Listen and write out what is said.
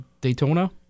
Daytona